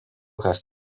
kas